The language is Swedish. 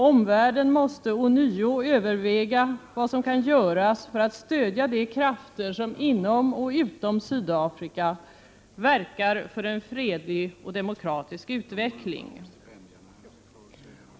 Omvärlden måste ånyo överväga vad som kan göras för att stödja de krafter som inom och utom Sydafrika verkar för en fredlig och demokratisk utveckling.